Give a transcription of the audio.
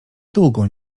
długo